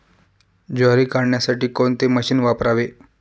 ज्वारी काढण्यासाठी कोणते मशीन वापरावे?